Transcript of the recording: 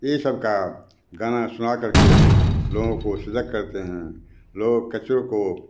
ये सबका गाना सुनाकर के लोगों को सजग करते हैं लोग कचरों को